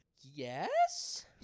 Yes